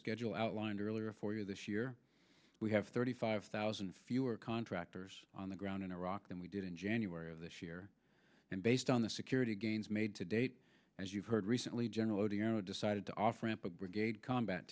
schedule outlined earlier for you this year we have thirty five thousand fewer contractors on the ground in iraq than we did in january of this year and based on the security gains made to date as you've heard recently general odierno decided to off ramp a brigade combat